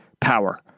power